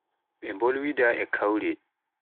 mbe mbolwida e kawre.